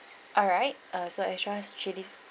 alright uh so extra chilies